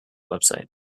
website